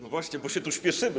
No właśnie, bo się tu śpieszymy.